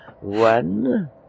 one